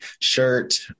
shirt